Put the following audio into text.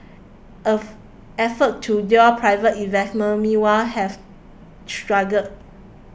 F efforts to lure private investment meanwhile have struggled